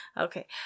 Okay